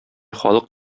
халык